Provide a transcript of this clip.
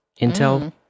Intel